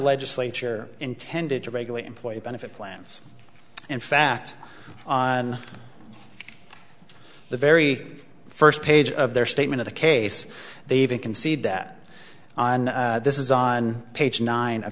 legislature intended to regulate employee benefit plans in fact on the very first page of their statement of the case they even concede that on this is on page nine